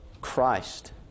Christ